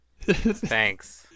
Thanks